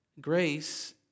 grace